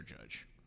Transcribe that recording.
Judge